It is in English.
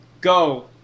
go